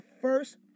first